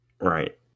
Right